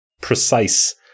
precise